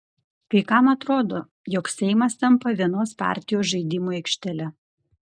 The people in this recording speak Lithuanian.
kai kam atrodo jog seimas tampa vienos partijos žaidimų aikštele